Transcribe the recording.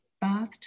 bath